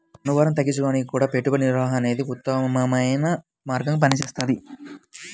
పన్నుభారం తగ్గించుకోడానికి గూడా పెట్టుబడి నిర్వహణ అనేదే ఉత్తమమైన మార్గంగా పనిచేస్తది